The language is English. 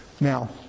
now